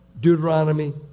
Deuteronomy